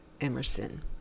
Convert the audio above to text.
Emerson